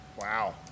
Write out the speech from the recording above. Wow